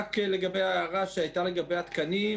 רק לגבי ההערה שהייתה לגבי התקנים,